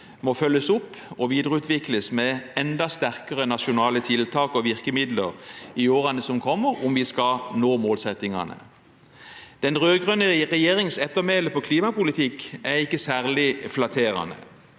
må følges opp og videreutvikles med enda sterkere nasjonale tiltak og virkemidler i årene som kommer, om vi skal nå målsettingene. Den rød-grønne regjeringens ettermæle innen klimapolitikk er ikke særlig flatterende.